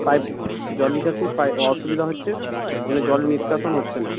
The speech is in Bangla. পাইপ জল নিকাশির অসুবিধা হচ্ছে মানে জল নিষ্কাশন হচ্ছে না